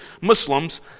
Muslims